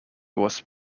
was